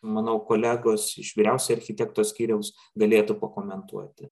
manau kolegos iš vyriausiojo architekto skyriaus galėtų pakomentuoti